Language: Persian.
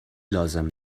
لازم